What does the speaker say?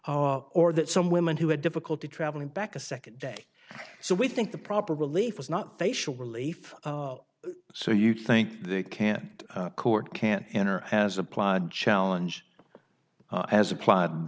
or that some women who had difficulty traveling back a second day so we think the proper relief is not facial relief so you think they can't court can't enter as applied challenge as applied